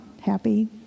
happy